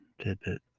tidbit